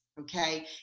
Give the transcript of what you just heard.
okay